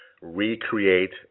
recreate